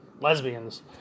lesbians